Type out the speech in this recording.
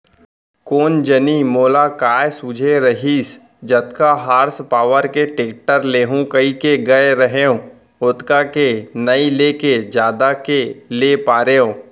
कोन जनी मोला काय सूझे रहिस जतका हार्स पॉवर के टेक्टर लेहूँ कइके गए रहेंव ओतका के नइ लेके जादा के ले पारेंव